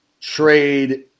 trade